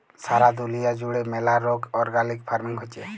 সারা দুলিয়া জুড়ে ম্যালা রোক অর্গ্যালিক ফার্মিং হচ্যে